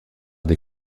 des